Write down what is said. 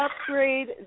upgrade